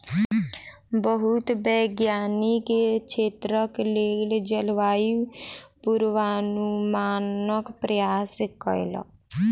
बहुत वैज्ञानिक क्षेत्रक लेल जलवायु पूर्वानुमानक प्रयास कयलक